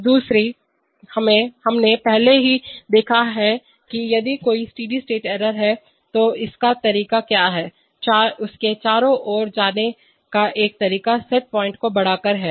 दूसरे हमने पहले ही देखा है कि यदि कोई स्टेडी स्टेट एरर है तो इसका तरीका क्या है इसके चारों ओर जाने का एक तरीका सेट पॉइंट को बढ़ाकर है